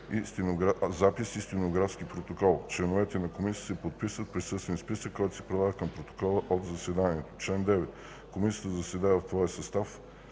и стенографски протокол. Членовете на Комисията се подписват в присъствен списък, който се прилага към протокола от заседанието. Чл. 9. (1) Комисията заседава в своя състав